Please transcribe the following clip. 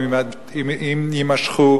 אם יימשכו